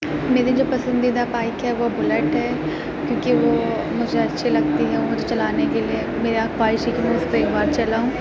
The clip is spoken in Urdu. میرے جو پسندیدہ بائک ہے وہ بلیٹ ہے کیونکہ وہ مجھے اچھی لگتی ہے مجھے چلانے کے لیے میرا خواہش ہے کہ میں اُس کو ایک بار چلاؤں